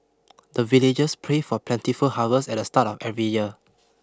the villagers pray for plentiful harvest at the start of every year